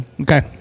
Okay